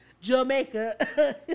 Jamaica